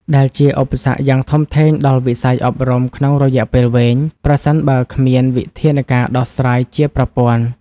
ដែលជាឧបសគ្គយ៉ាងធំធេងដល់វិស័យអប់រំក្នុងរយៈពេលវែង ប្រសិនបើគ្មានវិធានការដោះស្រាយជាប្រព័ន្ធ។